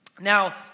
Now